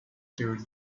ter